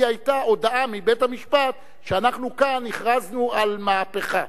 היתה הודעה מבית-המשפט שאנחנו כאן הכרזנו על מהפכה.